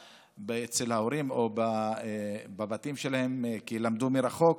אצל ההורים או בבתים שלהם כי למדו מרחוק.